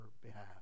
behalf